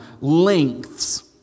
lengths